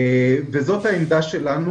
זו העמדה שלנו,